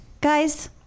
Guys